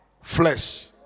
flesh